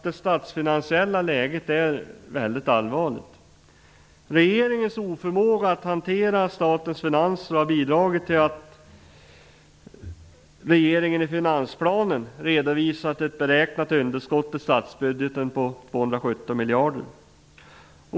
Det statsfinansiella läget är väldigt allvarligt. Regeringens oförmåga att hantera statens finanser har bidragit till att regeringen i finansplanen redovisat ett beräknat underskott i statsbudgeten på 217 miljarder.